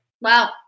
Wow